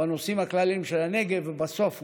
בנושאים הכלליים של הנגב, ובסוף גם,